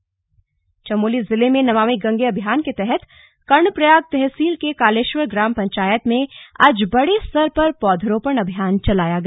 नमामि गंगे चमोली जिले में नमामि गंगे अभियान के तहत कर्णप्रयाग तहसील के कालेश्वर ग्राम पंचायत में आज बड़े स्तर पर पौधरोपण अभियान चलाया गया